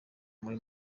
muri